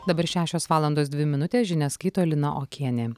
dabar šešios valandos dvi minutės žinias skaito lina okienė